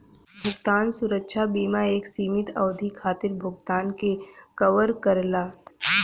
भुगतान सुरक्षा बीमा एक सीमित अवधि खातिर भुगतान के कवर करला